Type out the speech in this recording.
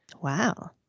Wow